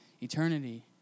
eternity